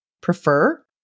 prefer